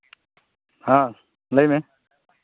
ᱦᱮᱸ ᱞᱟᱹᱭ ᱢᱮ